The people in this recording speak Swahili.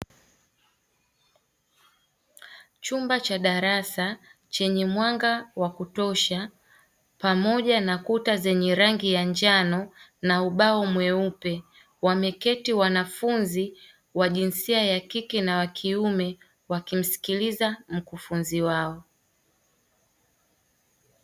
Chumba cha darasa chenye mwanga wa kutosha pamoja na kuta zenye rangi ya njano na ubao mweupe wameketi wanafunzi wajinsia ya kike na wakiume wakimsikiliza mkufunzi wao.